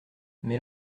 mais